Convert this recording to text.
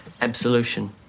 absolution